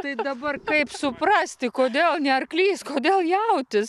tai dabar kaip suprasti kodėl ne arklys kodėl jautis